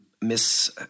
Miss